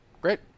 Great